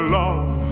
love